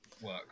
work